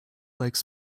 lakes